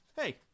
hey